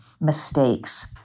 mistakes